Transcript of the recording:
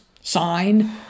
sign